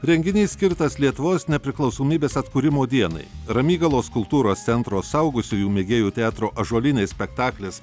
renginys skirtas lietuvos nepriklausomybės atkūrimo dienai ramygalos kultūros centro suaugusiųjų mėgėjų teatro ažuolinai spektaklis